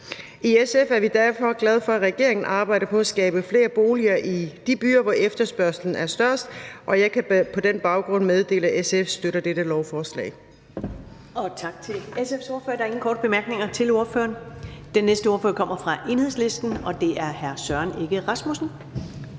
I SF er vi derfor glade for, at regeringen arbejder på at skabe flere boliger i de byer, hvor efterspørgslen er størst, og jeg kan på den baggrund meddele, at SF støtter dette lovforslag.